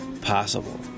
possible